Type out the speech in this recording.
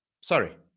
Sorry